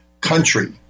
country